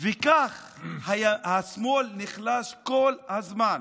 וכך השמאל נחלש כל הזמן.